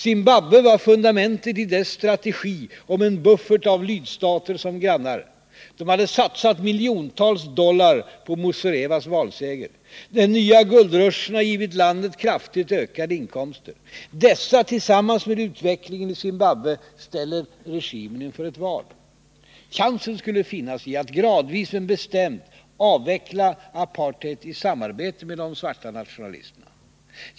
Zimbabwe var fundamentet i dess strategi om en buffert av lydstater som grannar. De hade satsat miljontals dollar på Muzorewas valseger. Den nya guldruschen har givit landet kraftigt ökade inkomster. Dessa, tillsammans med utvecklingen i Zimbabwe, ställer regimen inför ett val. Chansen skulle finnas i att gradvis, men bestämt, avveckla apartheid i samarbete med de svarta nationalisterna.